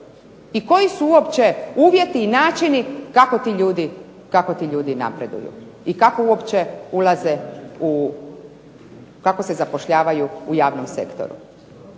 I koji su uopće uvjeti i načini kako ti ljudi napreduju i kako uopće se zapošljavaju u javnom sektoru,